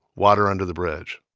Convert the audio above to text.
water under the bridge